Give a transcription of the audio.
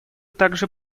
также